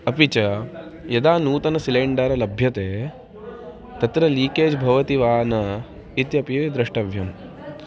अपि च यदा नूतनसिलेण्डर् लभ्यते तत्र लीकेज् भवति वा न इत्यपि द्रष्टव्यम्